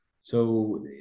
So-